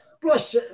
plus